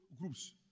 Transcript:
groups